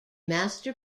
master